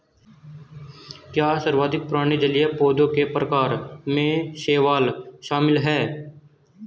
क्या सर्वाधिक पुराने जलीय पौधों के प्रकार में शैवाल शामिल है?